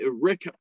Rick